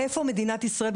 איפה מדינת ישראל,